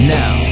now